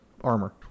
armor